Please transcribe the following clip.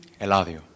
Eladio